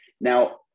Now